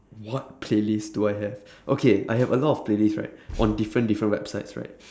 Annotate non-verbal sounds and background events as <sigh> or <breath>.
what playlist do I have <breath> okay I have a lot of playlist right on different different website right